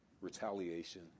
retaliation